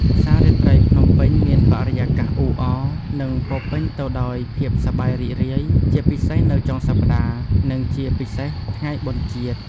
ផ្សាររាត្រីភ្នំពេញមានបរិយាកាសអ៊ូអរ និងពោរពេញទៅដោយភាពសប្បាយរីករាយ ជាពិសេសនៅចុងសប្ដាហ៍ និងជាពិសេសថ្ងៃបុណ្យជាតិ។